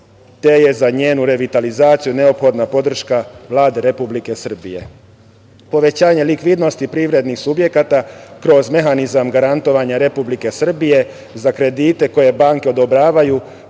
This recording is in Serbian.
te je za njenu revitalizaciju neophodna podrška Vlade Republike Srbije. Povećanje likvidnosti privrednih subjekata kroz mehanizam garantovanja Republike Srbije za kredite koje banke odobravaju